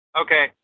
Okay